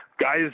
guys